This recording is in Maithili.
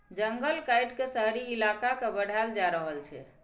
जंगल काइट के शहरी इलाका के बढ़ाएल जा रहल छइ